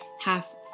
half